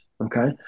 Okay